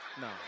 No